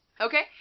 Okay